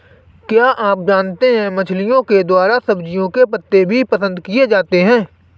क्या आप जानते है मछलिओं के द्वारा सब्जियों के पत्ते भी पसंद किए जाते है